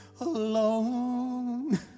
alone